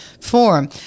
form